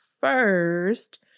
first